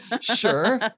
Sure